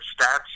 stats